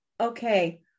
okay